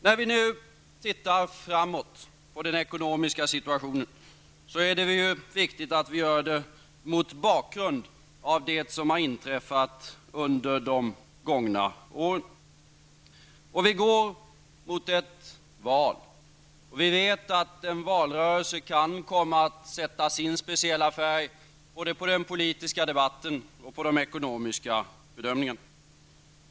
Ser vi framåt på den ekonomiska situationen är det viktigt att vi gör det mot bakgrund av det som har inträffat under de gångna åren. Vi går mot ett val. Vi vet att en valrörelse kan komma att sätta sin speciella färg både på den politiska debatten och på den ekonomiska bedömningen.